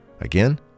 Again